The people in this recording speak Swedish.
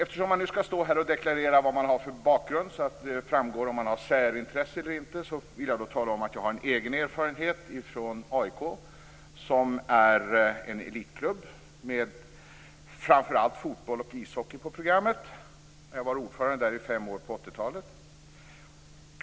Eftersom man nu skall stå här och deklarera vad man har för bakgrund, så att det framgår om man har särintresse eller inte, vill jag tala om att jag har en egen erfarenhet från AIK. Det är en elitklubb med framför allt fotboll och ishockey på programmet. Jag var ordförande där under fem år på 80-talet.